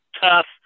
tough